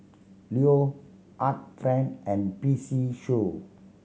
Leo Art Friend and P C Show